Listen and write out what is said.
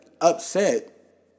upset